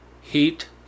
heat